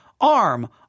arm